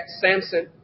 Samson